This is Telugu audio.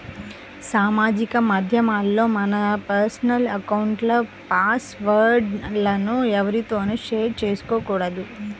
సామాజిక మాధ్యమాల్లో మన పర్సనల్ అకౌంట్ల పాస్ వర్డ్ లను ఎవ్వరితోనూ షేర్ చేసుకోకూడదు